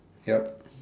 yup